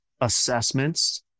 assessments